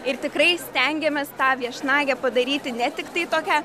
ir tikrai stengiamės tą viešnagę padaryti ne tiktai tokią